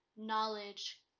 Knowledge